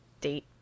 date